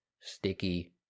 sticky